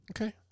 Okay